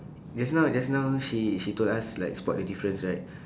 just now just now she she told us like spot the difference right